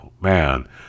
man